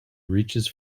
reaches